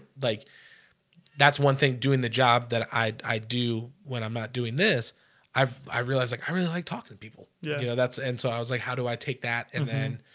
like that's one thing doing the job that i do when i'm not doing this i've realized like i really like talk to to people, yeah you know, that's and so i was like, how do i take that and then?